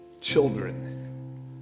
children